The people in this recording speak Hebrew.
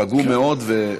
פגום מאוד.